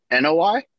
NOI